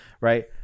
right